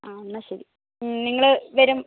ആ എന്നാൽ ശരി നിങ്ങള് വരും